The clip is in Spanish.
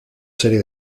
serie